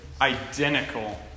identical